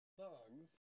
thugs